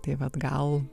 tai vat gal